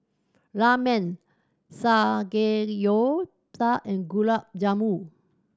Ramen Samgeyopsal and Gulab Jamun